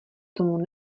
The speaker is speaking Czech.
tomu